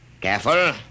Careful